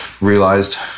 realized